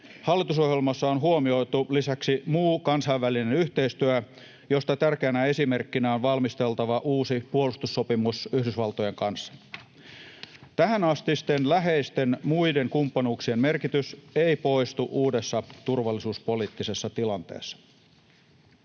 hallitusohjelmassa on huomioitu lisäksi muu kansainvälinen yhteistyö, josta tärkeänä esimerkkinä on valmisteltava uusi puolustussopimus Yhdysvaltojen kanssa. Tähänastisten läheisten muiden kumppanuuksien merkitys ei poistu uudessa turvallisuuspoliittisessa tilanteessa.